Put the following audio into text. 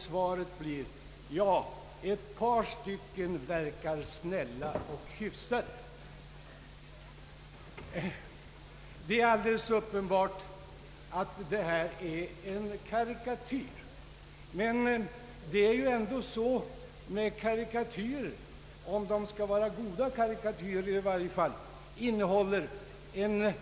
Svaret blev: Ja, ett par stycken verkar snälla och hyfsade. Detta är alldeles uppenbart en karikatyr, men det är ju ändå så med karikatyrer — i varje fall om de skall vara goda sådana — att de innehåller en